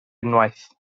unwaith